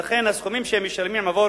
ולכן הסכומים שהם משלמים עבור